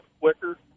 quicker